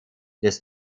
des